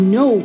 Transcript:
no